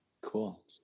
Cool